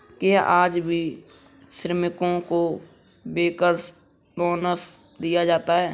क्या आज भी श्रमिकों को बैंकर्स बोनस दिया जाता है?